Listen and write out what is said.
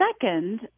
second